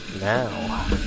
now